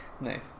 Nice